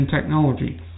technology